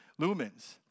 lumens